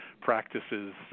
practices